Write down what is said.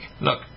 Look